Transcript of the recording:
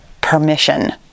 permission